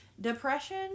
depression